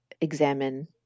examine